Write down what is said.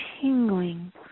tingling